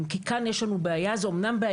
כאן יש לנו בעיה.